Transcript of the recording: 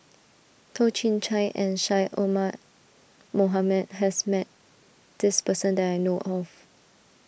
Toh Chin Chye and Syed Omar Mohamed has met this person that I know of